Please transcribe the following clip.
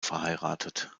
verheiratet